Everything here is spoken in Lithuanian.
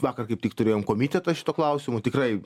vakar kaip tik turėjom komitetą šituo klausimu tikrai